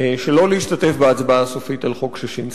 שלא להשתתף בהצבעה הסופית על חוק ששינסקי.